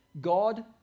God